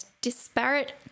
disparate